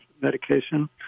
medication